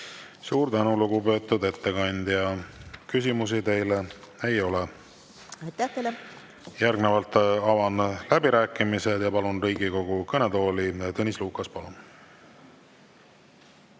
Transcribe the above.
Suur tänu, lugupeetud ettekandja! Küsimusi teile ei ole. Järgnevalt avan läbirääkimised ja palun Riigikogu kõnetooli Tõnis Lukase. Palun!